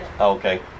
Okay